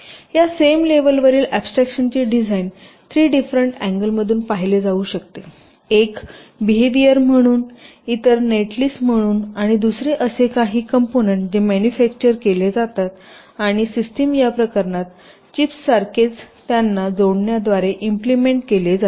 या same level वरील ऍब्स्ट्रक्शनचे डिझाइन 3 डिफरेंट अँगल मधून पाहिले जाऊ शकते एक बीहेवियर म्हणून इतर नेट लिस्ट म्हणून आणि दुसरे असे काही कॉम्पोनन्ट जे मॅनुफॅक्चर केले जातात आणि सिस्टिम या प्रकरणात चिप्ससारखेच त्यांना जोडण्याद्वारे इम्प्लिमेंट केले जाते